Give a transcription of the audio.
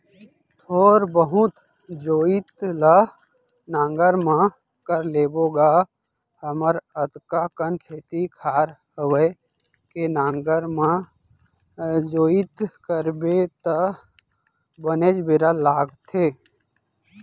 थोर बहुत जोइत ल नांगर म कर लेबो गा हमर अतका कन खेत खार हवय के नांगर म जोइत करबे त बनेच बेरा लागथे